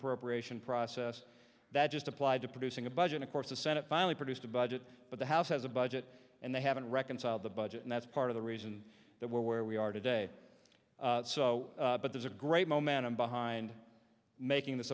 appropriation process that just applied to producing a budget of course the senate finally produced a budget but the house has a budget and they haven't reconciled the budget and that's part of the reason that we're where we are today so but there's a great momentum behind making th